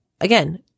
again